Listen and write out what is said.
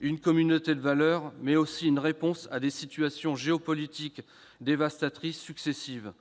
une communauté de valeurs, mais aussi une réponse à des situations géopolitiques successivement